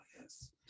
yes